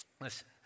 listen